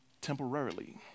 temporarily